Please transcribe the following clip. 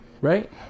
right